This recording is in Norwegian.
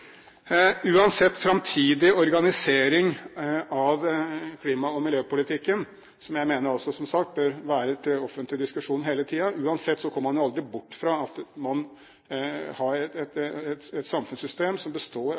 Uansett framtidig organisering av klima- og miljøpolitikken, som jeg altså som sagt mener bør være til offentlig diskusjon hele tiden, kommer man jo aldri bort fra at man har et samfunnssystem som består av